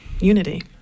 unity